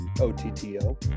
O-T-T-O